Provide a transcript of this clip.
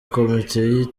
komite